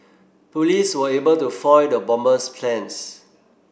police were able to foil the bomber's plans